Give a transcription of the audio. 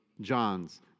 John's